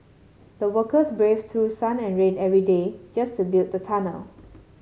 the workers braved through sun and rain every day just to build the tunnel